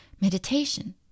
meditation